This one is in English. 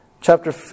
chapter